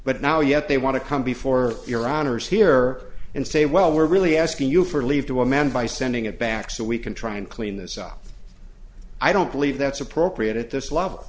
but now yet they want to come before your honor's here and say well we're really asking you for leave to a man by sending it back so we can try and clean this up i don't believe that's appropriate at this level